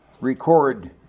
record